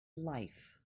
life